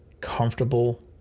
comfortable